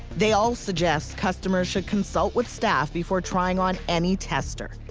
they all suggest customers should consult with staff before trying on any tester.